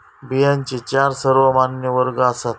बियांचे चार सर्वमान्य वर्ग आसात